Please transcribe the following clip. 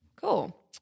Cool